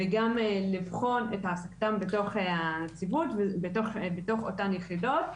וגם לבחון את העסקתם בתוך אותן יחידות.